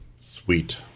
Sweet